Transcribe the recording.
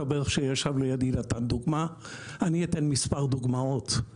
החבר שישב לידי נתן דוגמה ואני אתן מספר דוגמאות.